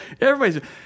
Everybody's